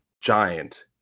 giant